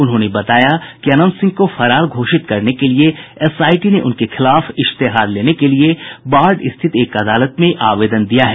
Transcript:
उन्होंने बताया कि अनंत सिंह को फरार घोषित करने के लिए एसआईटी ने उनके खिलाफ इश्तेहार लेने के लिए बाढ़ स्थित एक अदालत में आवेदन दिया है